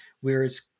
whereas